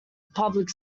public